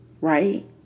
right